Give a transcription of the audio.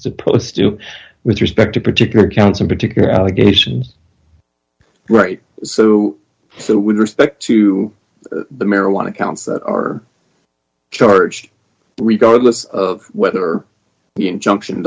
opposed to with respect to particular counts in particular allegations right so that with respect to the marijuana counts that are charged regardless of whether the injunction